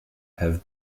have